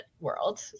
world